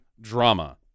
Drama